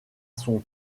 son